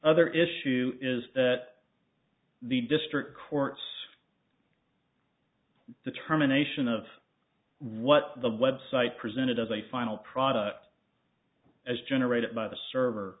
other issue is that the district court's determination of what the web site presented as a final product as generated by the server